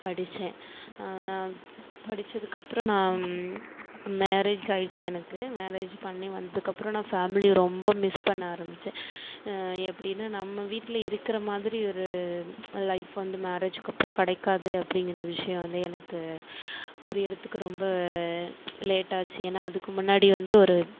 படிச்சேன் படிச்சதுக்கப்புறம் நான் மேரேஜ் ஆயிடுச்சு எனக்கு மேரேஜ் பண்ணி வந்ததுக்கப்புறம் நான் ஃபேமிலி ரொம்ப மிஸ் பண்ண ஆரம்பிச்சேன் எப்படின்னா நம்ம வீட்டில் இருக்கிறமாதிரி ஒரு லைஃப் வந்து மேரேஜ்க்கு அப்புறம் கிடைக்காது அப்படிங்கிற விஷயம் வந்து எனக்கு புரியிறத்துக்கு ரொம்ப லேட்டாச்சு ஏன்னா அதுக்கு முன்னாடி வந்து ஒரு